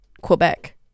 Quebec